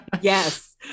yes